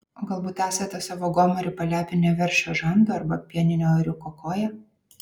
o galbūt esate savo gomurį palepinę veršio žandu arba pieninio ėriuko koja